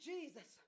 Jesus